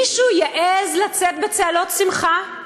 מישהו, יעז לצאת בצהלות שמחה?